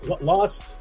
Lost